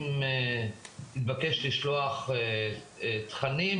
אם אתבקש, לשלוח תכנים.